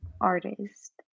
artist